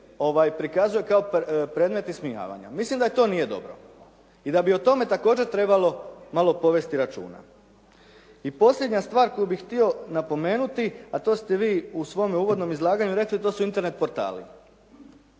prikazuje kao predmet ismijavanja. Mislim da to nije dobro i da bi o tome također trebalo malo povesti računa. I posljednja stvar koju bih htio napomenuti, a to ste vi u svome uvodnom izlaganju rekli, to su internet portali.